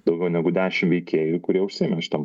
daugiau negu dešim veikėjų kurie užsiėmė šitom